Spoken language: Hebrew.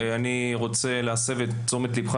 אני רוצה להסב תשומת ליבך,